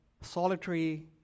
solitary